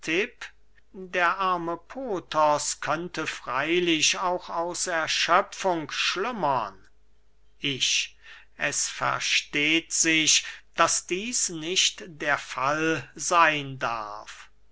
der arme pothos könnte freylich auch aus erschöpfung schlummern ich es versteht sich daß dieß nicht der fall seyn darf